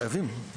חייבים.